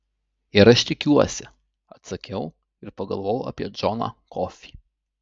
ir aš tikiuosi atsakiau ir pagalvojau apie džoną kofį